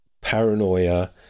Paranoia